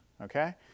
okay